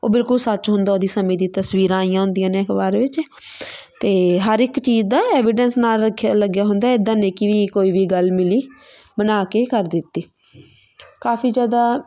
ਉਹ ਬਿਲਕੁਲ ਸੱਚ ਹੁੰਦਾ ਉਹਦੀ ਸਮੇਂ ਦੀ ਤਸਵੀਰਾਂ ਆਈਆਂ ਹੁੰਦੀਆਂ ਨੇ ਅਖਬਾਰ ਵਿੱਚ ਅਤੇ ਹਰ ਇੱਕ ਚੀਜ਼ ਦਾ ਐਵੀਡੈਂਸ ਨਾਲ ਰੱਖਿਆ ਲੱਗਿਆ ਹੁੰਦਾ ਇੱਦਾਂ ਨਹੀਂ ਕਿ ਵੀ ਕੋਈ ਵੀ ਗੱਲ ਮਿਲੀ ਬਣਾ ਕੇ ਕਰ ਦਿੱਤੀ ਕਾਫੀ ਜ਼ਿਆਦਾ